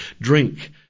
Drink